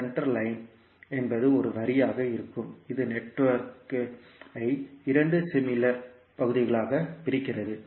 centre line என்பது ஒரு வரியாக இருக்கும் இது நெட்வொர்க் ஐ இரண்டு சிமிளர் பகுதிகளாக பிரிக்கிறது